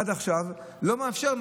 עד עכשיו לא מאפשר,